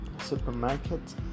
supermarket